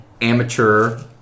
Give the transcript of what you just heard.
amateur